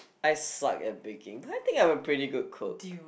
I suck at baking but I think I'm a pretty good cook